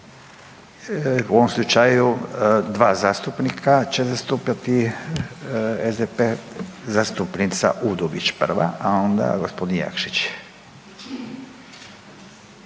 u ovom slučaju dva zastupnika će zastupati SDP, zastupnica Udović prva, a onda g. Jakšić.